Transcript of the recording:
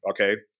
Okay